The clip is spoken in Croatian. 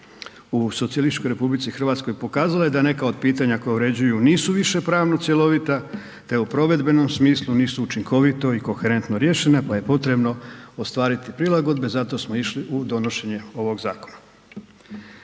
u Socijalističkoj Republici Hrvatskoj pokazalo je da neka od pitanja koja uređuju nisu više pravno cjelovita te u provedbenom smislu nisu učinkovito u koherentno riješene, pa je potrebno ostvariti prilagodbe. Zato smo išli u donošenja ovog zakona.